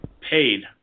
paid